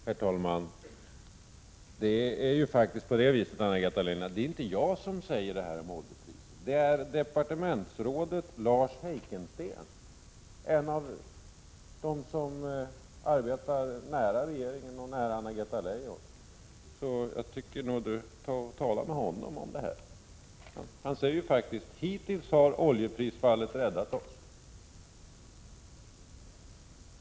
Herr talman! Det är faktiskt inte jag, Anna-Greta Leijon, som säger detta om oljepriserna. Det är departementsrådet Lars Heikensten, en av dem som arbetar nära regeringen och nära Anna-Greta Leijon. Tala med honom om detta, tycker jag. Han säger faktiskt: ”Hittills har oljeprisfallet räddat oss”.